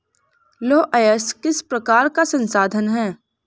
लौह अयस्क किस प्रकार का संसाधन है?